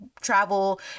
travel